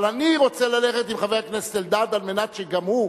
אבל אני רוצה ללכת עם חבר הכנסת אלדד על מנת שגם הוא,